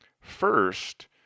First